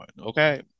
okay